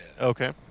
Okay